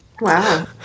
Wow